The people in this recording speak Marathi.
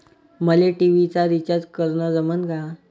मले टी.व्ही चा रिचार्ज करन जमन का?